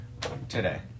Today